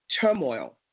turmoil